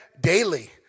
daily